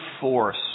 force